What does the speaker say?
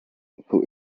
who